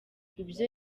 ibyo